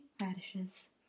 radishes